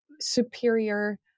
superior